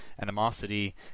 animosity